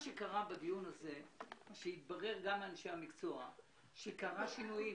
בדיון הזה התברר לאנשי המקצוע שקרו שינויים